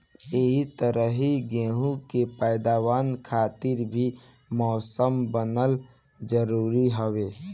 एही तरही गेंहू के पैदावार खातिर भी मौसम बनल जरुरी हवे